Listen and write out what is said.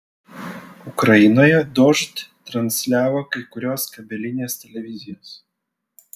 ukrainoje dožd transliavo kai kurios kabelinės televizijos